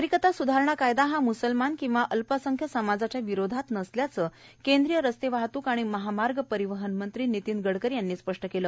नागरीकता सुधारणा कायदा हा मुसलमान किंवा अल्पसंख्य समाजाच्या विरोधात नसल्याचं केंद्रीय रस्तेवाहतूक आणि महामार्ग परिवहन मंत्री नितीन गडकरी यांनी स्पष्ट केलं